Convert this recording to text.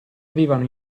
avevano